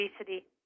obesity